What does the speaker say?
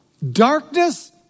Darkness